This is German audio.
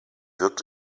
wirkt